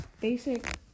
basic